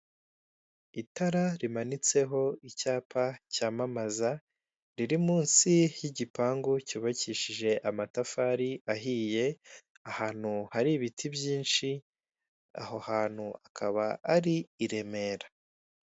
Itara rimanitseho icyapa cyamamaza riri munsi y'igipangu cyubakishije amatafari ahiye ahantu hari ibiti byinshi aho hantu akaba ari i Remera.